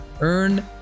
Earn